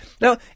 Now